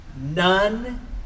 none